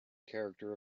character